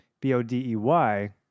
B-O-D-E-Y